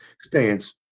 stance